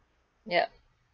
yup